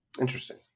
Interesting